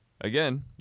Again